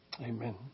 Amen